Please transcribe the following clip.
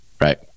right